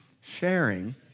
Sharing